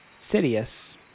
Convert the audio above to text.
Sidious